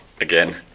again